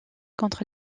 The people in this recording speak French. contre